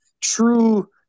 true